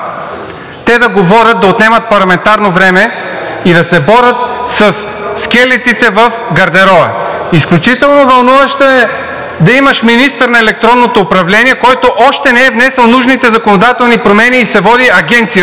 те да говорят, да отнемат парламентарно време и да се борят със скелетите в гардероба. Изключително вълнуващо е да имаш министър на електронното управление, който още не е внесъл нужните законодателни промени и се води агенция.